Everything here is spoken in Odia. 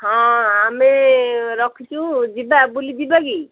ହଁ ଆମେ ରଖିଛୁ ଯିବା ବୁଲି ଯିବା କି